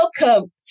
welcome